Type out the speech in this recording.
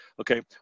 okay